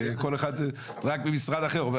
וכל אחד במשרד אחר,